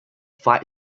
fight